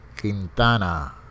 Quintana